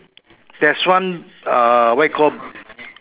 there's one uh what you call